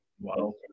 Wow